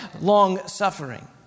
long-suffering